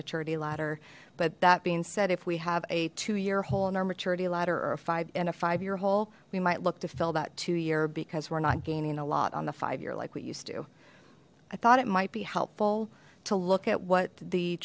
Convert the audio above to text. maturity ladder but that being said if we have a two year hole in our maturity ladder or a five in a five year hole we might look to fill that two year because we're not gaining a lot on the five year like we used to i thought it might be helpful to look at what the